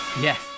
yes